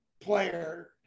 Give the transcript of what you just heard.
player